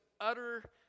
utter